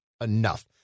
enough